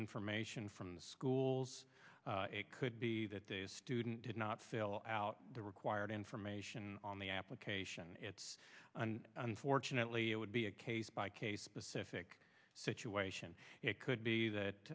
information from the schools it could be that the student did not fill out the required information on the application it's unfortunately it would be a case by case basis ific situation it could